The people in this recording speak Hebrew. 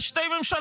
יש שתי ממשלות,